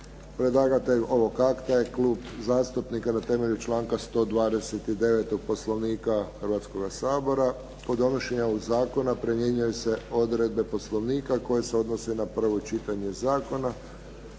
Predlagatelj ovog akta je Klub zastupnika na temelju članka 129. Poslovnika Hrvatskoga sabora. Kod donošenja ovog zakona primjenjuju se odredbe poslovnika koje se odnose na prvo čitanje zakona